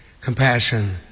compassion